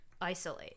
isolate